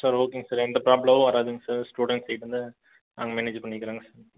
sir okay sir எந்த ப்ராப்ளமும் வராதுங்க சார் ஸ்டூடண்ட்ஸ் சைட் இருந்து நாங்கள் மேனேஜ் பண்ணிகிறங்க சார்